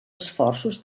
esforços